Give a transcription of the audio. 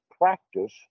practice